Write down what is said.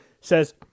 says